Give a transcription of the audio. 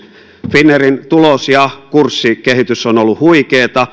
finnairin tulos ja kurssikehitys on on ollut huikeaa